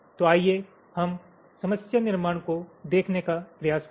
तो आइए हम समस्या निर्माण को देखने का प्रयास करें